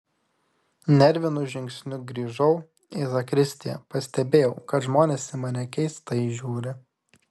nervinu žingsniu grįžau į zakristiją pastebėjau kad žmonės į mane keistai žiūri